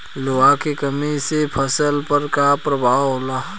लोहा के कमी से फसल पर का प्रभाव होला?